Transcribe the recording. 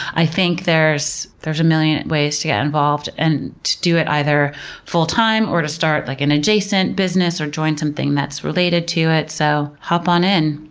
i think there's there's a million ways to get involved and to do it either full time or start like an adjacent business or join something that's related to it. so hop on in!